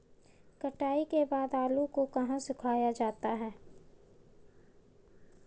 कटाई के बाद आलू को कहाँ सुखाया जाता है?